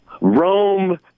Rome